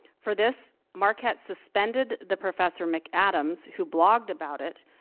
for this, marquette suspended the professor, mcadams, who blogged about it,